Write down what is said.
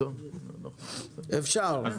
אפשר.